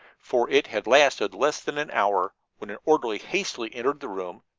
for it had lasted less than an hour, when an orderly hastily entered the room,